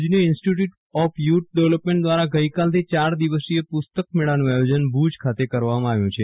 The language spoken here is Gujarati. ભુજની ઇન્સ્ટીટયુટ ઓફ યુથ ડેવલમેન્ટ દ્વારા ગઈકાલે થી ચાર દિવસીય પુસ્તક મેળાનું આયોજન ભુજ ખાતે કરવામાં આવ્યું છે